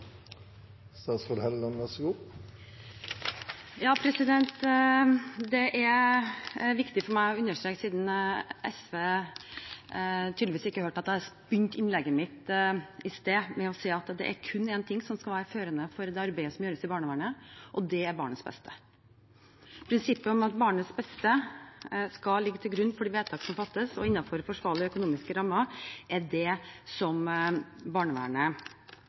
viktig for meg å understreke, siden SV tydeligvis ikke hørte at jeg begynte innlegget mitt i sted med å si det, at det er kun én ting som skal være førende for det arbeidet som gjøres i barnevernet, og det er barnets beste. Prinsippet om at barnets beste skal ligge til grunn for de vedtak som fattes, og innenfor forsvarlige økonomiske rammer, er det barnevernet